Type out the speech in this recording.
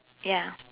ya